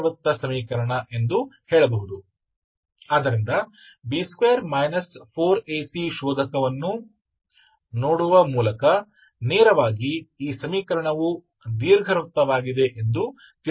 तो समीकरण अण्डाकार है मैं केवल डिस्क्रिमिनेंट B2 4ACको देखकर सीधे निष्कर्ष निकाल सकता हूं